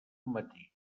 matí